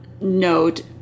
note